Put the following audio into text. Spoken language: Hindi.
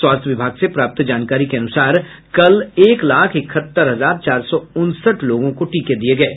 स्वास्थ्य विभाग से प्राप्त जानकारी के अनुसार कल एक लाख इकहत्तर हजार चार सौ उनसठ लोगों को टीके दिये गये